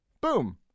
Boom